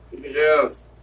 Yes